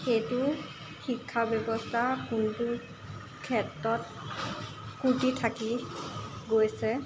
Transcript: সেইটো শিক্ষা ব্যৱস্থা কোনটোৰ ক্ষেত্ৰত ক্ৰুটি থাকি গৈছে